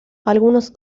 algunos